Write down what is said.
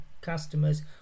customers